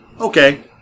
okay